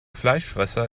fleischfresser